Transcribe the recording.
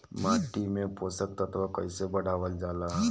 माटी में पोषक तत्व कईसे बढ़ावल जाला ह?